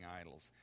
idols